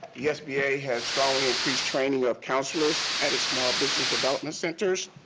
the sba has strongly increased training of counselors at small business development centers,